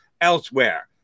elsewhere